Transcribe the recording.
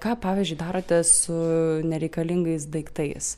ką pavyzdžiui darote su nereikalingais daiktais